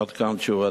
עד כאן תשובתי.